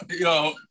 yo